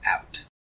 out